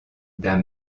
d’un